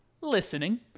Listening